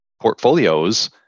portfolios